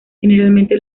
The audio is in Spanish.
generalmente